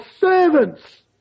servants